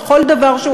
בכל דבר שהוא,